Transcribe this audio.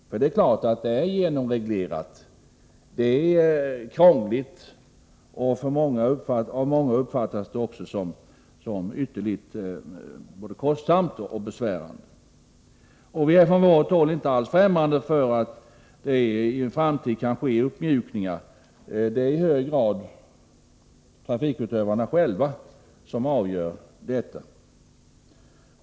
Området är genomreglerat. Det är krångligt och av många uppfattas det såsom ytterst kostsamt och besvärligt. Från centern är vi inte alls främmande för att uppmjukningar kan ske i en framtid. Det är i hög grad trafikutövarna själva som avgör detta.